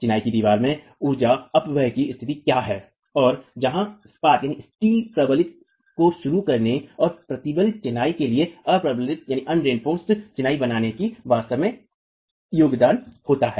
चिनाई की दीवार में ऊर्जा अपव्यय की स्थिति क्या है और जहाँ स्पात प्रबलित को शुरू करने और प्रबलित चिनाई के लिए अ प्रबलित चिनाई बनाने में वास्तव में योगदान होता है